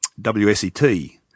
WSET